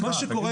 בריכה.